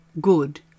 good